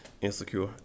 insecure